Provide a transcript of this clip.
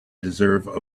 deserve